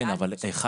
כן אבל 1